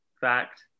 Fact